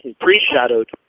pre-shadowed